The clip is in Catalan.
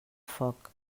foc